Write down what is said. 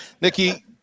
nikki